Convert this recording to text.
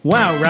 Wow